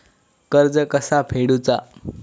कर्ज कसा फेडुचा?